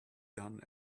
done